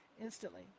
Instantly